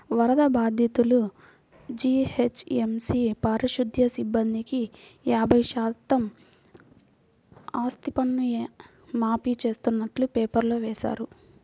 వరద బాధితులు, జీహెచ్ఎంసీ పారిశుధ్య సిబ్బందికి యాభై శాతం ఆస్తిపన్ను మాఫీ చేస్తున్నట్టు పేపర్లో వేశారు